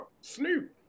Snoop